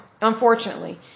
unfortunately